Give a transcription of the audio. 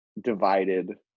divided